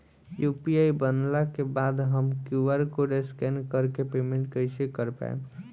UPI बनला के बाद हम क्यू.आर कोड स्कैन कर के पेमेंट कइसे कर पाएम?